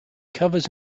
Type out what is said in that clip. covers